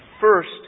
first